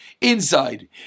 inside